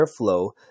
airflow